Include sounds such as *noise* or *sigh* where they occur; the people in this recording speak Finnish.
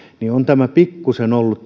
niin on tämä kausi pikkusen ollut *unintelligible*